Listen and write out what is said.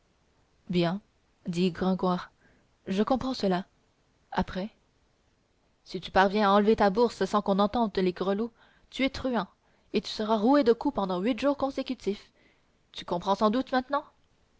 bien dit gringoire je comprends cela après si tu parviens à enlever la bourse sans qu'on entende les grelots tu es truand et tu seras roué de coups pendant huit jours consécutifs tu comprends sans doute maintenant